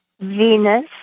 Venus